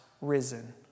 risen